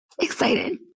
excited